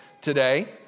today